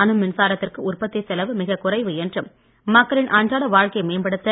அனு மின்சாரத்திற்கு உற்பத்தி செலவு மிகக் குறைவு என்றும் மக்களின் அன்றாட வாழ்க்கையை மேம்படுத்த